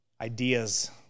Ideas